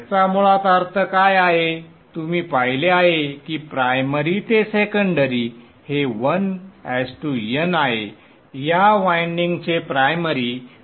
याचा मुळात अर्थ काय आहे तुम्ही पाहिले आहे की प्राइमरी ते सेकंडरी हे 1 n आहे या वायंडिंगचे प्राइमरी 1 1 आहे